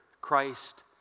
Christ